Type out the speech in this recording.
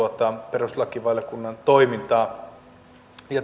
perustuslakivaliokunnan toimintaa ja